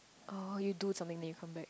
oh you do something then you come back